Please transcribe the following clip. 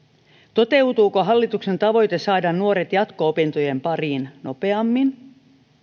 toteutuuko hallituksen tavoite saada nuoret jatko opintojen pariin nopeammin